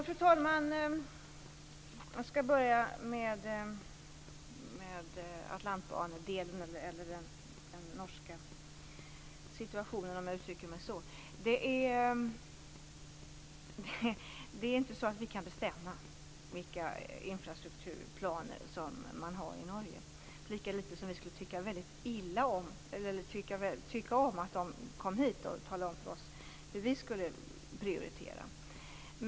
Fru talman! Jag skall börja med den norska situationen. Vi kan inte bestämma vilka infrastrukturplaner man skall ha i Norge. Lika litet skulle vi tycka om att de kom hit och talade om för oss hur vi skulle prioritera.